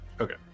Okay